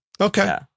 Okay